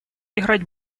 играть